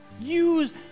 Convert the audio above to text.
Use